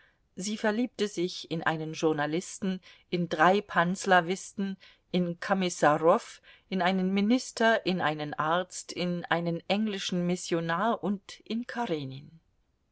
sie verliebte sich in einen journalisten in drei panslawisten in komisarow in einen minister in einen arzt in einen englischen missionar und in karenin